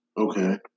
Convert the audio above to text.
Okay